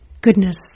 goodness